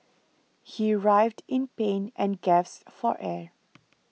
he writhed in pain and gasped for air